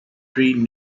tree